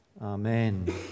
Amen